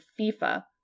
FIFA